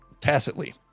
tacitly